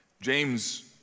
James